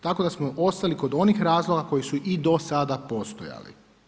Tako da smo ostali kod onih razloga koji su i do sada postojali.